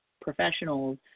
professionals